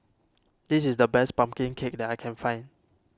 this is the best Pumpkin Cake that I can find